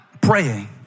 praying